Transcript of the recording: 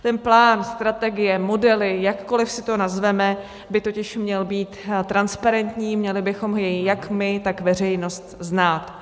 Ten plán, strategie, modely, jakkoli si to nazveme, by totiž měl být transparentní, měli bychom jej jak my, tak veřejnost znát.